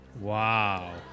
Wow